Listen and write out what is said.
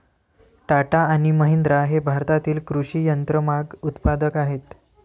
टाटा आणि महिंद्रा हे भारतातील कृषी यंत्रमाग उत्पादक आहेत